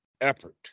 effort